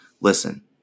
Listen